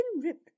ripped